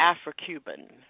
Afro-Cuban